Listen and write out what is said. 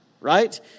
Right